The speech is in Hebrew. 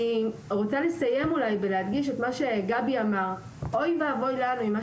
אני רוצה לסיים ולהדגיש את מה שגבי אמר אוי ואבוי לנו אם מה